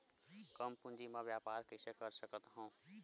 कम पूंजी म व्यापार कइसे कर सकत हव?